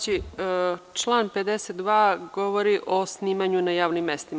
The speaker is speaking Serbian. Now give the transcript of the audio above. Član 52. govori o snimanju na javnim mestima.